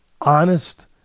honest